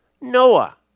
Noah